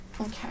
Okay